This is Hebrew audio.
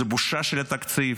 זו בושה של התקציב,